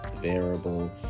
variable